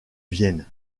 vienne